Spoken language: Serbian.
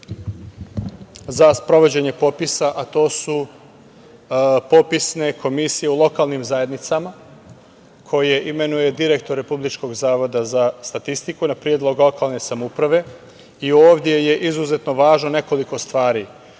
za sprovođenje popisa, a to su popisne komisije u lokalnim zajednicama, koje imenuje direktor Republičkog zavoda za statistiku na predlog lokalne samouprave i ovde je izuzetno važno nekoliko stvari.